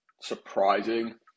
surprising